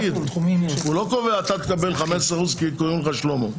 והוא לא קובע: אתה תקבל 15% כי קוראים לך שלמה.